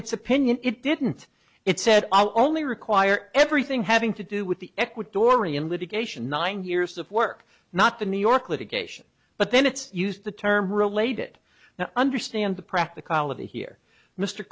its opinion it didn't it said i'll only require everything having to do with the ecuadorian litigation nine years of work not the new york litigation but then it's used the term related now understand the practicality here mr